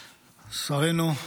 שרינו,